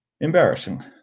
embarrassing